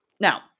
Now